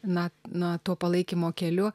na na to palaikymo keliu